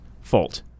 fault